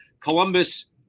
Columbus